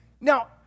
Now